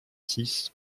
six